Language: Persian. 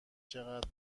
چقدر